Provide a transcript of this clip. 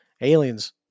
Aliens